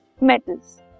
metals